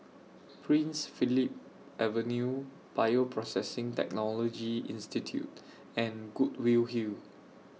Prince Philip Avenue Bioprocessing Technology Institute and Goodwill Hill